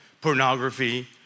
pornography